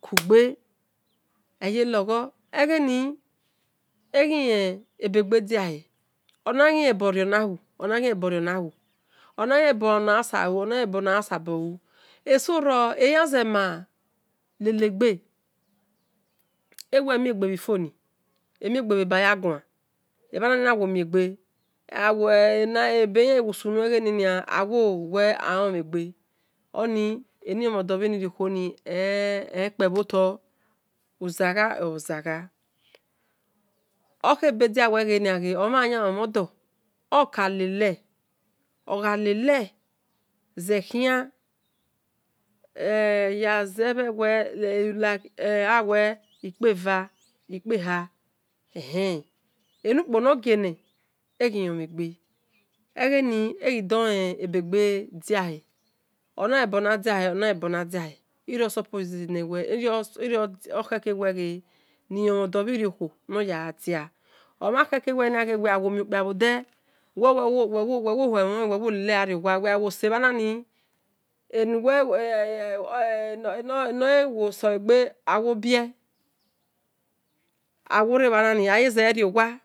Kugbe eyelogbo egheni eghi lebegbe diahe ona ghi lebor rio nahu ona ghi len bor rio na bu ona ghi lebona yan salu ona ghi lebor na yan salu eso ro eyan rema lele gbe ewel emie gbe bhi phone ebha ena wo mie gbe awe ebeyan wo sunu egbeni nia awe elomhe gbe oni eni lomhon dor bhi rio khuoni ekpebho tor sagha o̱ zagha okhebe dia wel ghe omhan yan lonmhen dor oka lele ogha lele zekhia yaze awel kpe va kpe har ehen enu kpo noghe ne eghi lomhe gbe egheni eghi dolen gbe gbe diahe ona lebona diahe ona len borna diahe irio okhere ni lomhon dor bhi eipkhuo noya gha dia omhankhere wel ghe wel gha wo mio kpia bho de wel wo hue mholen wel wol lele gha rio wa wel gha wo se bhanani enuwe enoghiwo soegbe awo bie awo rebhanani aye zeriowa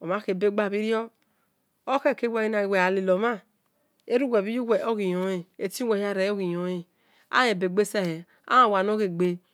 omhankhe-begba-bhirio okhere wel ghe wel gha lelo mhan eru wel bhi yuwel ehuwe yia rere eghi loen alebe gbe sehe alowa nor ghe gbe